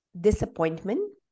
disappointment